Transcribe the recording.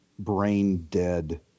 brain-dead